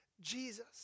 Jesus